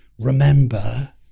Remember